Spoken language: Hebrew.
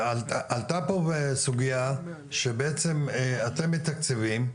פה סוגיה שבעצם אתם מתקצבים,